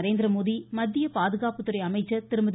நரேந்திரமோடி மத்திய பாதுகாப்புத்துறை அமைச்சர் திருமதி